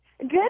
Good